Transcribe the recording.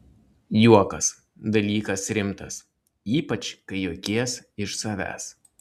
juokas dalykas rimtas ypač kai juokies iš savęs